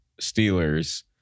Steelers